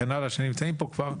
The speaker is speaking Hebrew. קק"ל וכן הלאה שכבר נמצאים פה.